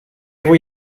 vuoi